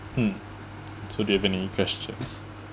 mm so do you have any questions